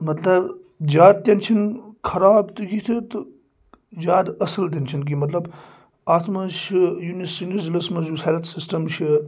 مطلب زیادٕ تہِ نہٕ چھُنہٕ خراب تہِ یِتھُے تہٕ زیادٕ اَصٕل تہِ ںہٕ چھُنہٕ کیٚنٛہہ مطلب اَتھ منٛز چھِ یُنِس سٲنِس ضِلعَس منٛز یُس ہٮ۪لٕتھ سِسٹَم چھِ